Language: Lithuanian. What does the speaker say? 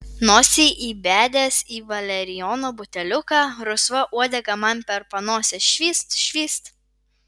nosį įbedęs į valerijono buteliuką rusva uodega man per panosę švyst švyst